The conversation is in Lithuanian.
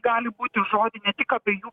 gali būti žodinė tik abiejų